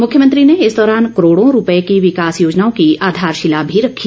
मुख्यमंत्री ने इस दौरान करोड़ों रूपए की विकास योजनाओं की आधारशिला भी रखी